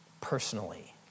personally